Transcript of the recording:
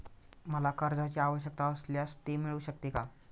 मला कर्जांची आवश्यकता असल्यास ते मिळू शकते का?